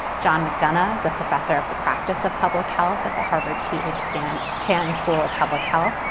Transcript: john mcdonough is a professor of the practice of public health at the harvard th so chan chan school of public health.